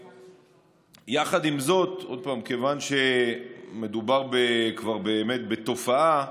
יחד עם זאת, כיוון שכבר באמת מדובר בתופעה,